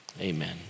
amen